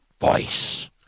voice